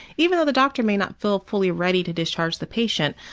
even though the doctor may not feel fully ready to discharge the patient,